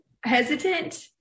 hesitant